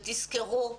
ותזכרו,